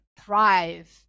thrive